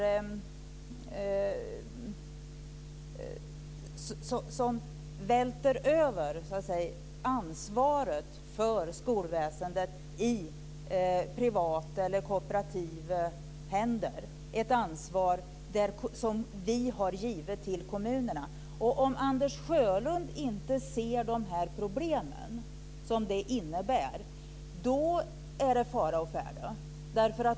Den välter över ansvaret för skolväsendet i privata eller kooperativa händer. Det är ett ansvar som vi har givit till kommunerna. Om Anders Sjölund inte ser de problem som det innebär är det fara å färde.